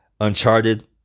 uncharted